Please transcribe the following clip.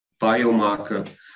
biomarker